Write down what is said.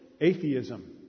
atheism